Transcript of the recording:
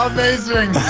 Amazing